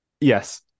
Yes